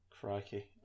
Crikey